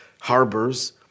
harbors